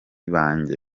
banjye